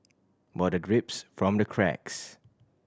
water drips from the cracks